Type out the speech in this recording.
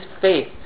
faith